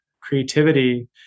creativity